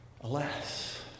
alas